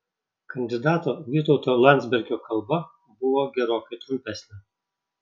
kandidato vytauto landsbergio kalba buvo gerokai trumpesnė